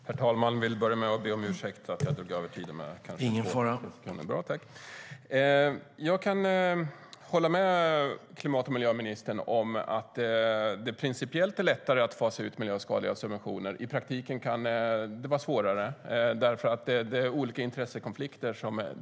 Jag kan hålla med klimat och miljöministern om att det är lättare att principiellt fasa ut miljöskadliga subventioner. I praktiken kan det vara svårare eftersom det uppstår olika intressekonflikter.